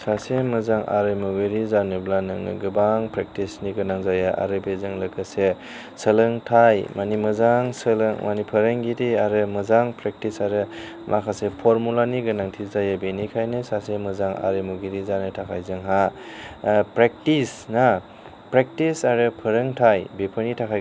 सासे मोजां आरिमुगिरि जानोबा नोङो गोबां प्रेक्टिसनि गोनां जायो आरो बेजों लोगोसे सोलोंथाइ माने मोजां सोलों माने फोरोंगिरि आरो मोजां प्रेक्टिस आरो माखासे फरमुलानि गोनांथि जायो बेनिखायनो सासे मोजां आरिमुगिरि जानो थाखाय जोंहा प्रेक्टिस ना प्रेक्टिस आरो फोरोंथाय बेफोरनि थाखाय